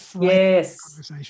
yes